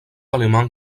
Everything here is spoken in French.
allemand